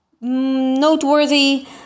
noteworthy